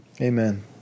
Amen